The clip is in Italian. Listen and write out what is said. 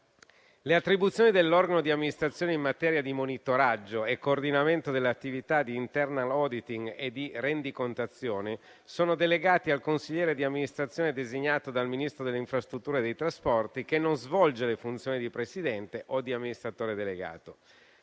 Le attribuzioni dell'organo di amministrazione in materia di monitoraggio e coordinamento delle attività di *internal auditing* e di rendicontazione sono delegati al consigliere di amministrazione designato dal Ministro delle infrastrutture e dei trasporti, che non svolge le funzioni di presidente o di amministratore delegato.